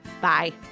Bye